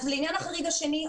לעניין החריג השני,